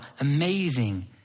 amazing